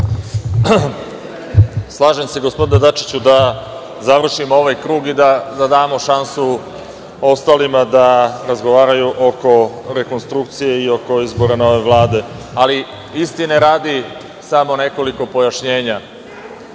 Slažem se gospodine Dačiću da završimo ovaj krug i da damo šansu ostalima da razgovaraju oko rekonstrukcije i oko izbora nove Vlade. Istine radi, samo nekoliko pojašnjenja.